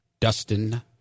Dustin